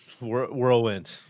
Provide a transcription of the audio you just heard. whirlwind